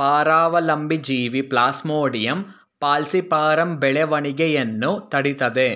ಪರಾವಲಂಬಿ ಜೀವಿ Plasmodium falciparum ಬೆಳವಣಿಗೆಯನ್ನು ತಡಿತದೇ